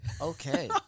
Okay